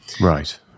Right